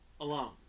alone